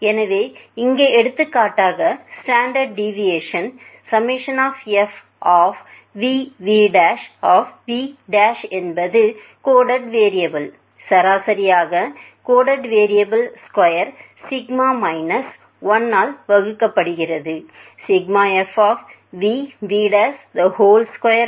எனவே இங்கே எடுத்துக்காட்டாக ஸ்டாண்டர்ட் டீவியேஷன் ∑fvv v என்பது கோடடு வேரியபுள் சராசரியாக coded variable square sigma minus 1ஆல் வகுக்கப்படுகிறது